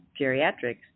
Geriatrics